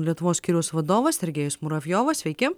lietuvos skyriaus vadovas sergėjus muravjovas sveiki